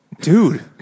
Dude